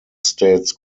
states